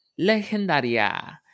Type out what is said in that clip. legendaria